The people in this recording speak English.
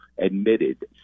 admitted